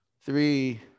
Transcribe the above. three